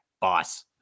boss